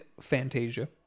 Fantasia